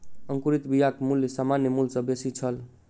अंकुरित बियाक मूल्य सामान्य मूल्य सॅ बेसी छल